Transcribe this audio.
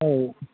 औ